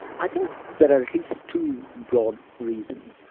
i think but two broad reasons.